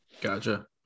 gotcha